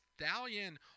Stallion